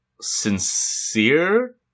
sincere